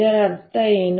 ಇದರ ಅರ್ಥ ಏನು